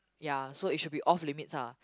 ya so it should be off limits ah